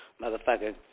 motherfucker